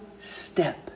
step